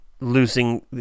losing